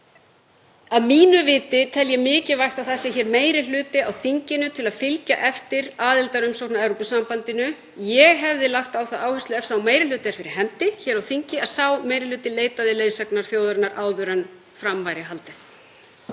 að að mínu viti tel ég mikilvægt að það sé meiri hluti á þinginu til að fylgja eftir aðildarumsókn að Evrópusambandinu. Ég hefði lagt á það áherslu ef sá meiri hluti er fyrir hendi hér á þingi að sá meiri hluti leitaði leiðsagnar þjóðarinnar áður en fram væri haldið.